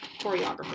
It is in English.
Choreographer